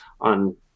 on